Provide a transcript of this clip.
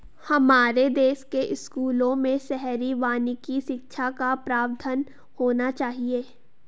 हमारे देश के स्कूलों में शहरी वानिकी शिक्षा का प्रावधान होना चाहिए